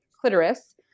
clitoris